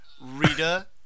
Rita